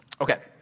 Okay